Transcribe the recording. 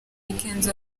kenzo